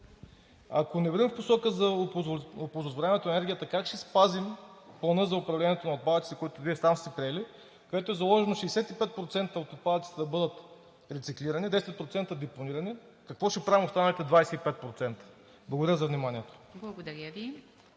Ако не вървим в посока за оползотворяването на енергията, как ще спазим Плана за управлението на отпадъците, който Вие сам сте приел, където е заложено 65% от отпадъците да бъдат рециклирани, 10% депонирани? Какво ще правим останалите 25%? Благодаря за вниманието. ПРЕДСЕДАТЕЛ